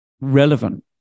relevant